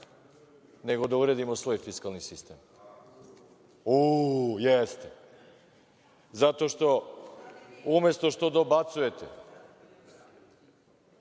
nego da uredimo svoj fiskalni sistem. U jeste, zato što i da umesto što dobacujete,